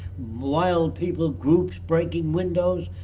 wild people, groups breaking windows.